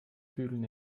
bügeln